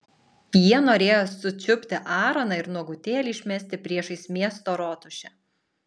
jie norėjo sučiupti aaroną ir nuogutėlį išmesti priešais miesto rotušę